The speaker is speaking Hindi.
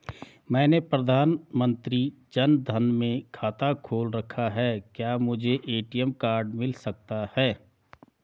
मैंने प्रधानमंत्री जन धन में खाता खोल रखा है क्या मुझे ए.टी.एम कार्ड मिल सकता है?